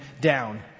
down